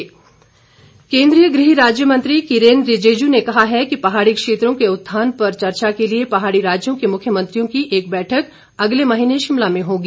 केन्द्रीय मंत्री केन्द्रीय गृह राज्य मंत्री किरेन रिजिजू ने कहा है कि पहाड़ी क्षेत्रों के उत्थान पर चर्चा के लिए पहाड़ी राज्यों के मुख्यमंत्रियों की एक बैठक अगले महीने शिमला में होगी